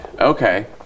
okay